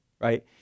Right